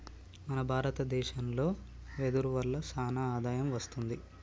మన భారత దేశంలో వెదురు వల్ల సానా ఆదాయం వస్తుంది